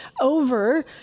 over